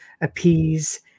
appease